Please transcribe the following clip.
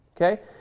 Okay